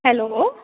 hello